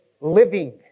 living